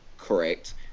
correct